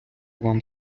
вам